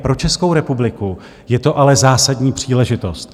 Pro Českou republiku je to ale zásadní příležitost.